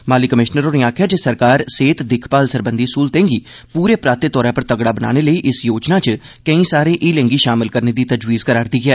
माली कमिशनर होरें आखेआ जे सरकार सेह्त दिक्खभाल सरबंघी सुविधाएं गी पूरे पराते तौर पर तगड़ा बनाने लेई इस योजना च केई सारे हीलें गी शामल करने दी तजवीज़ करै'रदी ऐ